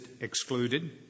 excluded